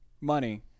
money